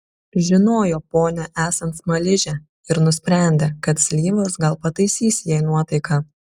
žinojo ponią esant smaližę ir nusprendė kad slyvos gal pataisys jai nuotaiką